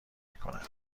میکنند